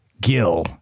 gil